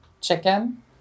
chicken